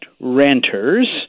renters